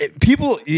People